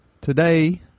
Today